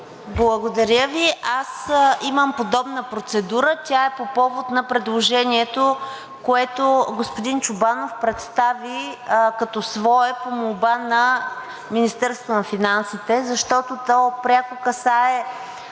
Благодаря Ви. Аз имам подобна процедура. Тя е по повод на предложението, което господин Чобанов представи като свое, по молба на Министерството на финансите, защото то пряко касае